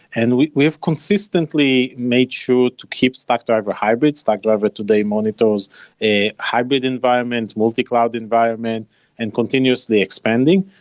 and we we have consistently made sure to keep stackdriver hybrid. stackdriver today monitors a hybrid environment, multi-cloud environment and continuously expanding.